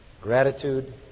gratitude